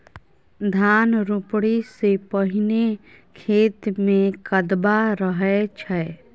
धान रोपणी सँ पहिने खेत मे कदबा रहै छै